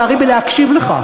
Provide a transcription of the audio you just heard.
הייתי עסוק, לצערי, בלהקשיב לך.